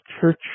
Church